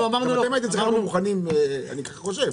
אתם הייתם צריכים לבוא מוכנים, אני ככה חושב.